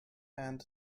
and